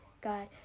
God